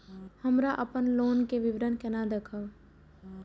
हमरा अपन लोन के विवरण केना देखब?